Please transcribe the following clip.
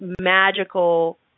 magical